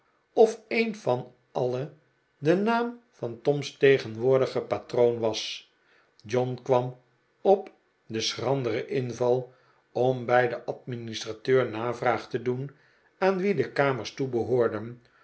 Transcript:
of een van alle de naam van tom's tegenwoordigen patroon was john kwam op den schranderen inval om bij den administrateur navraag te doen aan wien de kamers toebehoorden